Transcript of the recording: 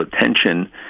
attention